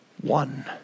One